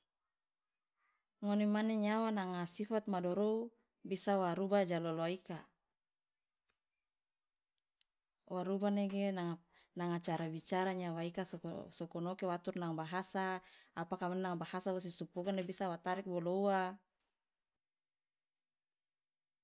ngone mane nyawa nanga sifat madorou bisa wa ruba ja loloa ika wa ruba nege nanga cara bicara nyawa ika sokonoke wa atur nanga bahasa apaka nanga bahasa wosi supu oka bisa wa tarik bolo uwa.